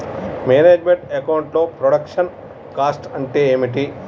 Manage meant account లో production cost అంటే ఏమిటి?